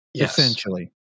essentially